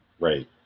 right